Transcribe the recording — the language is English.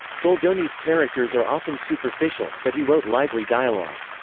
goldoni's characters are often superficial, but he wrote lively dialogue.